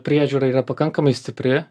priežiūra yra pakankamai stipri